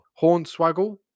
Hornswaggle